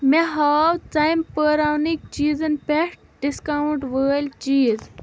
مےٚ ہاو ژَمہِ پٲراونٕکۍ چیٖزَن پٮ۪ٹھ ڈِسکاوُنٛٹ وٲلۍ چیٖز